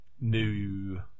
new